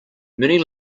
many